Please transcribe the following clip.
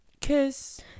Kiss